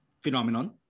phenomenon